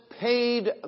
paid